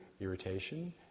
irritation